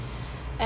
and